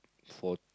for